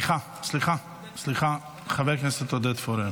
סליחה, סליחה, סליחה, חבר הכנסת עודד פורר.